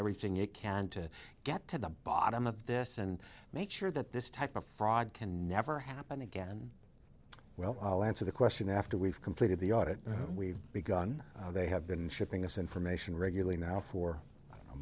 everything it can to get to the bottom of this and make sure that this type of fraud can never happen again well i'll answer the question after we've completed the audit we've begun they have been shipping this information regularly now for a